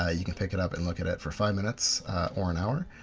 ah you can pick it up and look at it for five minutes or an hour.